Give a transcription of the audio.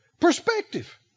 perspective